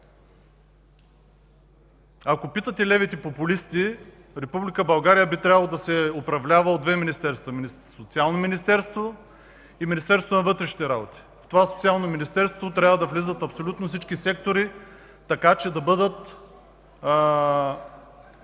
Ако питате левите популисти – Република България би трябвало да се управлява от две министерства: Социално министерство и Министерство на вътрешните работи. В това Социално министерство трябва да влизат абсолютно всички сектори, така че да бъдат